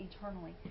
eternally